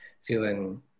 feeling